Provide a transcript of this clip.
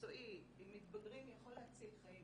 מקצועי עם מתגברים יכול להציל חיים